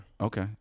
Okay